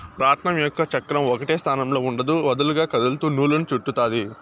రాట్నం యొక్క చక్రం ఒకటే స్థానంలో ఉండదు, వదులుగా కదులుతూ నూలును చుట్టుతాది